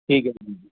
ਠੀਕ ਹੈ ਜੀ